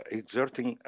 exerting